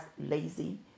lazy